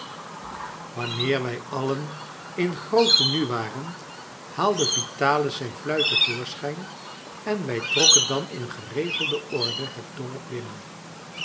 wanneer wij allen in groot tenue waren haalde vitalis zijn fluit te voorschijn en wij trokken dan in geregelde orde het dorp binnen